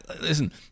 Listen